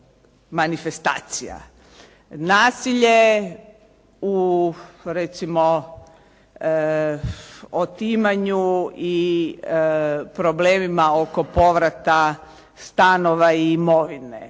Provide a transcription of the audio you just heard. manifestacija, nasilje u recimo otimanju i problemima oko povrata stanova i imovine,